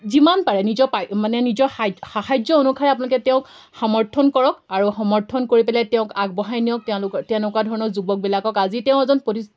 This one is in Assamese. যিমান পাৰে নিজৰ পৰাই মানে নিজৰ সা সাহাৰ্য অনুসাৰে আপোনালোকে তেওঁক সমৰ্থন কৰক আৰু সমৰ্থন কৰি পেলাই তেওঁক আগবঢ়াই নিয়ক তেওঁলোকৰ তেনেকুৱা ধৰণৰ যুৱকবিলাকক আজি তেওঁ এজন প্ৰতিষ্ঠি